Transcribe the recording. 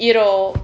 you know